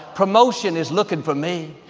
promotion is looking for me.